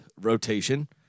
rotation